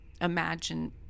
Imagine